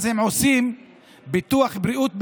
אז הם עושים ביטוח בריאות בחו"ל,